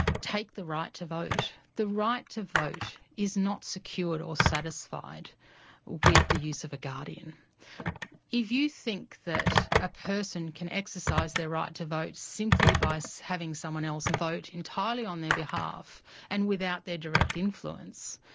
take the right to vote. the right to vote is not secured or satisfied with the use of a guardian. if you think that a person can exercise their right to vote simply by so having someone else vote entirely on their behalf and without their direct influence,